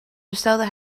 bestelde